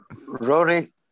Rory